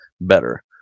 better